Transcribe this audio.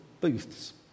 Booths